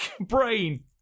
brain